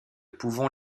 pouvons